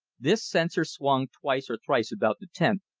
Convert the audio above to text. this censer swung twice or thrice about the tent,